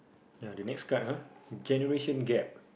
ya the next card ah generation gap